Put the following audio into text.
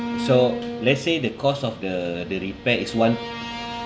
so let's say the cost of the the repair is one